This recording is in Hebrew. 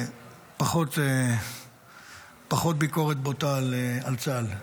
פחות ביקורת בוטה על צה"ל.